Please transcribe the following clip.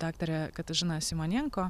daktarę katažiną symonenko